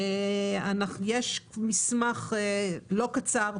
יש מסמך לא קצר,